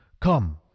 Come